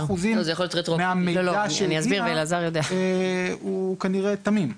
98% מהמידע שהגיע, הוא כנראה תמים.